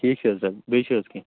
ٹھیٖک چھُ حظ بیٚیہِ چھِ حظ کیٚنٛہہ